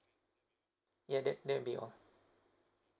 yeah that that'll be all